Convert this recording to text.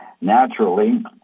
naturally